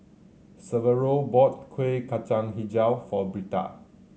Severo bought Kueh Kacang Hijau for Britta